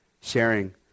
sharing